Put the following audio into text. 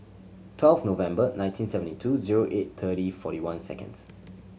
twelve November nineteen seventy two zero eight thirty forty one seconds